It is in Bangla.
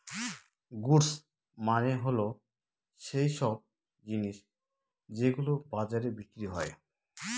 গুডস মানে হল সৈইসব জিনিস যেগুলো বাজারে বিক্রি হয়